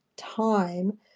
time